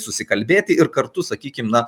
susikalbėti ir kartu sakykim na